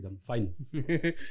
Fine